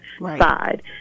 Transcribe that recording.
side